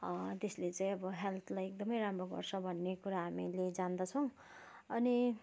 त्यसले चाहिँ अब हेल्थलाई एकदमै राम्रो गर्छ भन्ने कुरा हामीले जान्दछौँ अनि